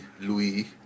Louis